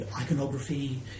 iconography